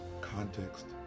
context